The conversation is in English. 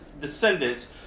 descendants